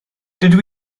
dydw